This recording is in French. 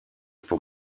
pour